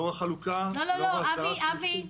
לאור החלוקה --- אבי,